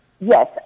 Yes